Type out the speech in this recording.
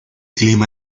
clima